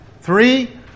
Three